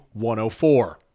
104